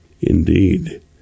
Indeed